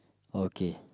okay